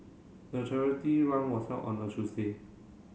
the charity run was held on a Tuesday